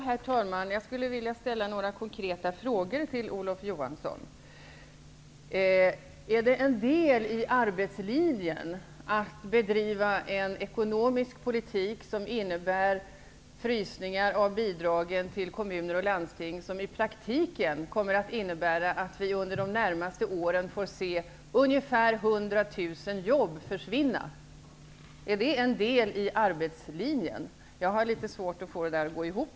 Herr talman! Jag vill ställa några konkreta frågor till Olof Johansson. Är det en del i arbetslinjen att bedriva en ekonomisk politik som innebär frysningar av bidragen till kommuner och landsting, som i praktiken kommer att innebära att vi under de närmste åren får se ungefär 100 000 jobb försvinna? Är detta en del i arbetslinjen? Jag måste säga att jag har litet svårt att få detta att gå ihop.